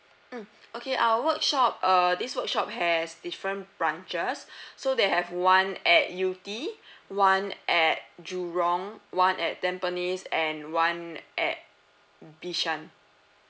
mm okay our workshop uh this workshop has different branches so they have one at U_T one at jurong one at tampines and one night at bishan